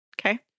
Okay